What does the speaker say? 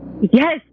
yes